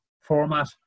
format